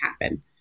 happen